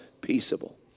peaceable